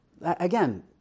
again